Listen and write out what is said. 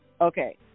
Okay